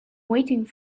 waiting